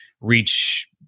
reach